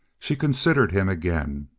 she considered him again.